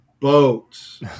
boats